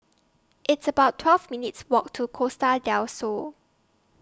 It's about twelve minutes' Walk to Costa Del Sol